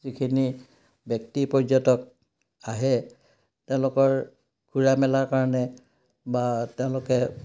যিখিনি ব্যক্তি পৰ্যটক আহে তেওঁলোকৰ ঘূৰা মেলাৰ কাৰণে বা তেওঁলোকে